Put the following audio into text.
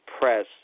press